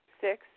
Six